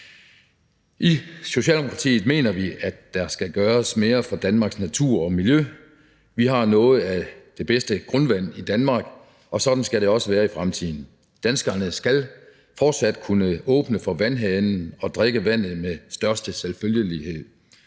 I Socialdemokratiet mener vi, at der skal gøres mere for Danmarks natur og miljø. Vi har noget af det bedste grundvand i Danmark, og sådan skal det også være i fremtiden. Danskerne skal fortsat kunne åbne for vandhanen og drikkevandet med største selvfølgelighed.